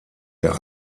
der